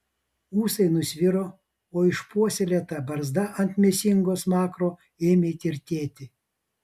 ūsai nusviro o išpuoselėta barzda ant mėsingo smakro ėmė tirtėti